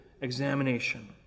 examination